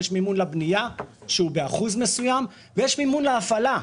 יש מימון לבנייה שהוא באחוז מסוים ויש מימון להפעלה,